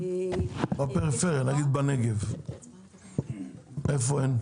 בפריפריה, נגיד בנגב איפה אין?